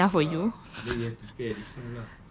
obviously not enough for you